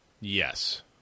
Yes